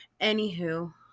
Anywho